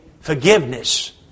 forgiveness